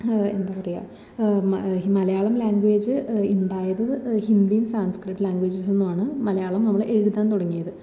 എന്താണ് പറയുക ഈ മലയാളം ലാംഗ്വേജ് ഉണ്ടായത് ഹിന്ദിയും സംസ്ക്രിറ്റ് ലാംഗ്വേജിൽ നിന്നും ആണ് മലയാളം നമ്മൾ എഴുതാൻ തുടങ്ങിയത്